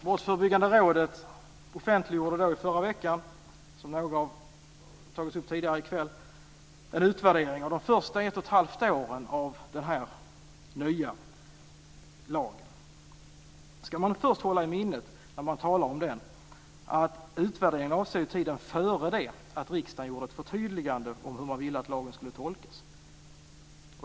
Brottsförebyggande rådet offentliggjorde i förra veckan, vilket några har tagit upp tidigare i kväll, en utvärdering av de första ett och ett halvt åren med den nya lagen. När man talar om den ska man hålla i minnet att utvärderingen avser tiden innan riksdagen gjorde ett förtydligande av hur man ville att lagen skulle tolkas.